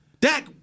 Dak